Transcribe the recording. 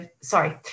sorry